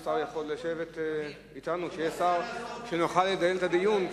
ישב אתנו, שיהיה שר על מנת שנוכל לקיים את הדיון.